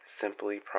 simply